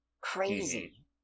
Crazy